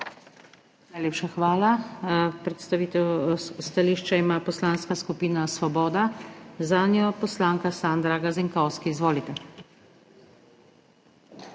Najlepša hvala. Stališča ima Poslanska skupina Svoboda, zanjo poslanka Sandra Gazinkovski. Izvolite.